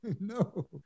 no